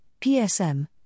PSM